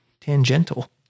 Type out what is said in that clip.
tangential